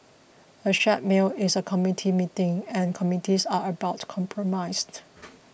a shared meal is a committee meeting and committees are about compromise